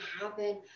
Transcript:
happen